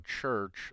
church